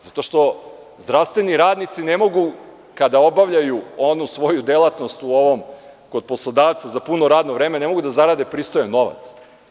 Zato što zdravstveni radnici ne mogu, kada obavljaju onu svoju delatnost kod poslodavca za puno radno vreme, ne mogu da zarade pristojan novac.